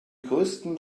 größten